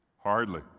Hardly